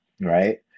right